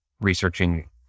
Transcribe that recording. researching